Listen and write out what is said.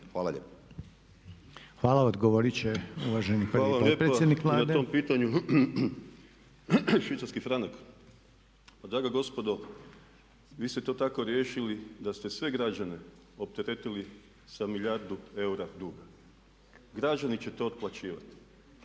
**Karamarko, Tomislav (HDZ)** Hvala lijepo na tom pitanju. Švicarski franak, pa draga gospodo vi ste to tako riješili da ste sve građane opteretili sa milijardu eura duga. Građani će to otplaćivati.